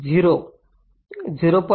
0 आणि 0 0